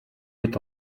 бид